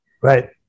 right